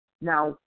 Now